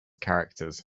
characters